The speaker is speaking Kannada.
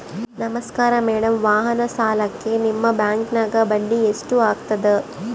ನಮಸ್ಕಾರ ಮೇಡಂ ವಾಹನ ಸಾಲಕ್ಕೆ ನಿಮ್ಮ ಬ್ಯಾಂಕಿನ್ಯಾಗ ಬಡ್ಡಿ ಎಷ್ಟು ಆಗ್ತದ?